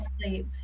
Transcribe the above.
sleep